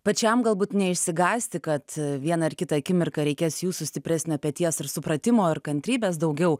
pačiam galbūt neišsigąsti kad vieną ar kitą akimirką reikės jūsų stipresnio peties ir supratimo ir kantrybės daugiau